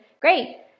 Great